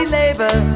labor